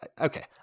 Okay